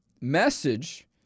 message